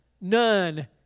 none